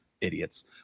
Idiots